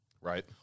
right